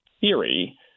theory